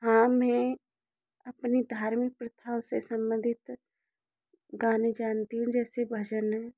हाँ मैं अपनी धार्मिक प्रथाओं से संबंधित गाने जानती हूँ जैसे भजन है